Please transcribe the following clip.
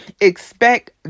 Expect